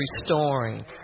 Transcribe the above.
restoring